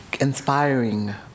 inspiring